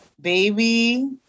Baby